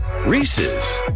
Reese's